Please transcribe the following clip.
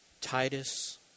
Titus